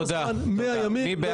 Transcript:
100 ימים,